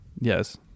Yes